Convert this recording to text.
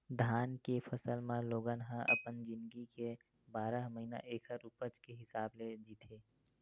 धान के फसल म लोगन ह अपन जिनगी के बारह महिना ऐखर उपज के हिसाब ले जीथे